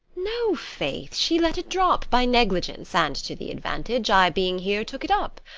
no, faith she let it drop by negligence, and, to the advantage, i being here, took't up.